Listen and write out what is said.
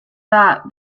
that